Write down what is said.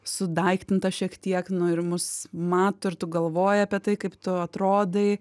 sudaiktinta šiek tiek nu ir mus mato ir tu galvoji apie tai kaip tu atrodai